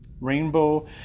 rainbow